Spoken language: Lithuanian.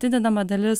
atidedama dalis